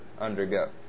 undergo